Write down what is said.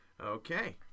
okay